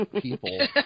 people